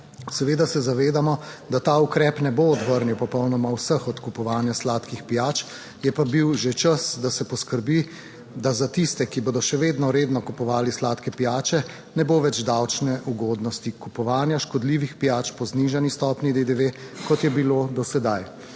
Seveda se zavedamo, da ta ukrep ne bo odvrnil popolnoma vseh od kupovanja sladkih pijač, je pa bil že čas, da se poskrbi, da za tiste, ki bodo še vedno redno kupovali sladke pijače, ne bo več davčne ugodnosti kupovanja škodljivih pijač po znižani stopnji DDV, kot je bilo do sedaj.